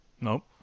Nope